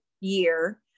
year